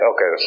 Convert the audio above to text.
Okay